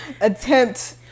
attempt